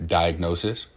diagnosis